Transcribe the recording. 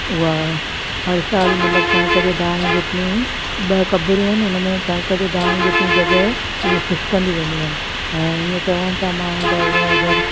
उहा हर सालु मतिलबु कणक जे धाणे जितनी ॿ कबरूं आइन उनमें कणक जे धाणे जितनी जॻह उहा खिसकंदी वेंदियूं आहिनि ऐं ईअं चवनि था माण्हू त उहा अगरि